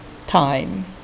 time